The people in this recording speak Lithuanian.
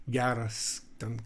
geras ten